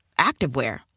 activewear